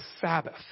Sabbath